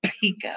Pico